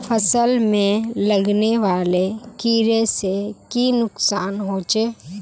फसल में लगने वाले कीड़े से की नुकसान होचे?